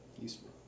Useful